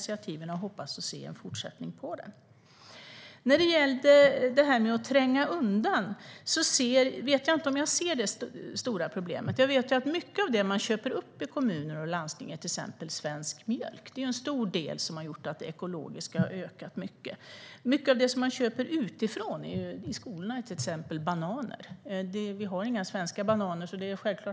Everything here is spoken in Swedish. Jag hoppas på en fortsättning. När det gäller det här med att tränga undan vet jag inte om jag ser det stora problemet. Mycket av det kommuner och landsting köper upp är till exempel svensk mjölk. Det är en stor del i att det ekologiska har ökat mycket. Mycket av det man köper utifrån, till exempel i skolorna, är bananer. Det växer inte bananer i Sverige.